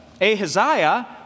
Ahaziah